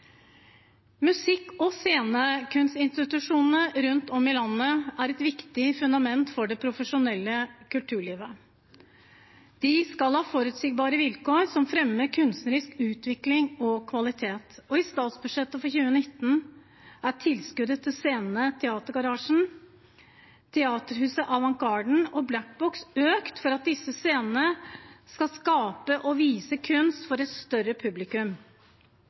Musikk- og scenekunstinstitusjonene rundt omkring i landet er et viktig fundament for det profesjonelle kulturlivet. De skal ha forutsigbare vilkår som fremmer kunstnerisk utvikling og kvalitet. I statsbudsjettet for 2019 er tilskuddet til scenene Teatergarasjen, Teaterhuset Avant Garden og Black Box økt for at disse scenene skal skape og vise kunst for et større publikum.